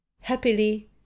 happily